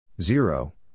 Zero